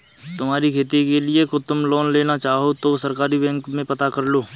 तुम्हारी खेती के लिए तुम लोन लेना चाहो तो सहकारी बैंक में पता करलो